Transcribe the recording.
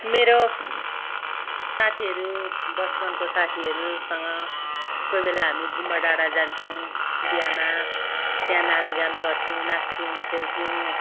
मेरो साथीहरू बचपनको साथीहरूसँग कोही बेला हामी गुम्बा डाँडा जान्थ्यौँ बिहेमा त्याँ नाँचगान गर्थ्यौँ नाँच्थ्यौँ खेल्थ्यौँ